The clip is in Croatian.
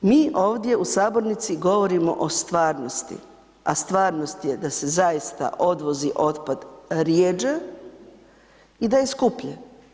Mi ovdje u sabornici govorimo o stvarnosti, a stvarnost je da se zaista odvozi otpad rjeđe i da je skuplje.